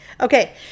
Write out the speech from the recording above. Okay